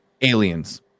aliens